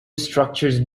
structures